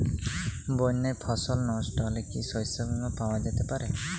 বন্যায় ফসল নস্ট হলে কি শস্য বীমা পাওয়া যেতে পারে?